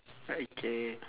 okay